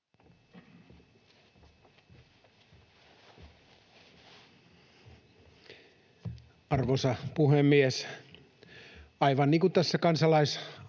Arvoisa puhemies! Aivan niin kuin tässä kansalaisaloitteessa